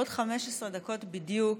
בעוד 15 דקות בדיוק,